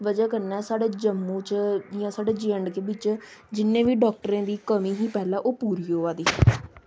बज़ह् कन्नै साढ़े जम्मू जियां साढ़े जे ऐंड के बिच्च जिन्ने बी डाक्टरें दी कमी ही पैह्लें ओह् पूरी होआ दी